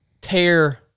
tear